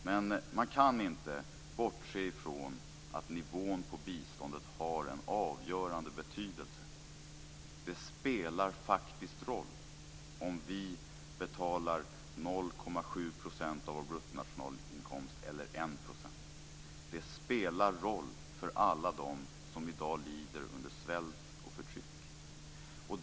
Men man kan inte bortse från att nivån på biståndet har en avgörande betydelse. Det spelar faktiskt roll om vi betalar 0,7 % av vår bruttonationalinkomst eller 1 %. Det spelar roll för alla dem som i dag lider under svält och förtryck.